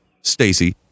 Stacy